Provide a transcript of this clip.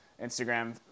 Instagram